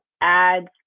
ads